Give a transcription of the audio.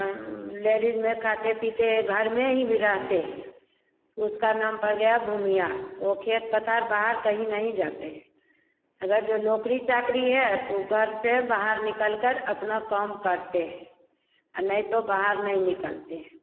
ladies में खाते पीते घर में ही रहते हैं तो उसका नाम पड़ गया भुमियार वे खेत पथार बाहर कहीं नहीं जाते हैं अगर जो नौकरी चाकरी है तो वे घर से बाहर निकल कर अपना काम करते हैं आ नहीं तो बाहर नई निकलते हैं